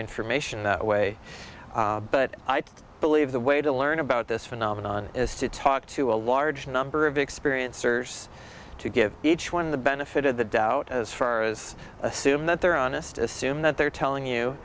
information that way but i do believe the way to learn about this phenomenon is to talk to a large number of experiencers to give each one the benefit of the doubt as far as assume that they're honest assume that they're telling you